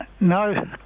No